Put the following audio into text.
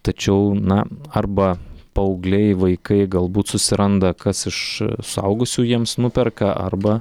tačiau na arba paaugliai vaikai galbūt susiranda kas iš suaugusių jiems nuperka arba